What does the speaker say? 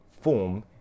form